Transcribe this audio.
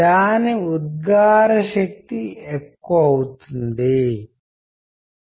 నిజానికి మీరు కూర్చుని కమ్యూనికేట్ చేసే వివిధ విషయాలు ఒక జాబితాను రూపొందించవచ్చు